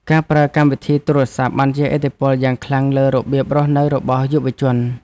ការប្រើកម្មវិធីទូរសព្ទ បានជះឥទ្ធិពលយ៉ាងខ្លាំងលើរបៀបរស់នៅរបស់យុវជន។